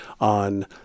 on